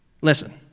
Listen